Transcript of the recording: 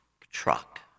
truck